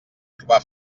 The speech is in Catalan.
trobar